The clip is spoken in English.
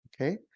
okay